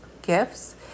gifts